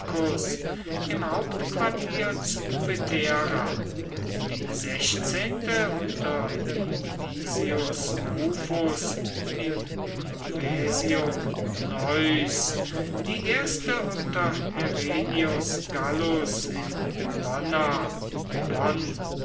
im hauptquartier zu vetera die sechzehnte unter numisius rufus in novaesium neuß die erste unter herennius gallus in